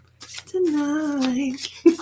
Tonight